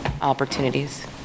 opportunities